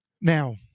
Now